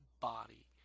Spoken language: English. body